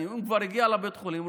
אם הוא כבר הגיע לבית החולים,